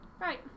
Right